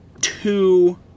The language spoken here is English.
two